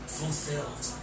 fulfilled